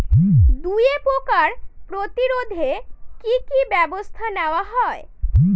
দুয়ে পোকার প্রতিরোধে কি কি ব্যাবস্থা নেওয়া হয়?